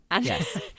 Yes